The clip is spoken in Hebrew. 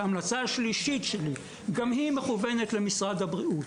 ההמלצה השלישית שלי גם היא מכוונת למשרד הבריאות,